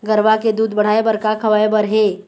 गरवा के दूध बढ़ाये बर का खवाए बर हे?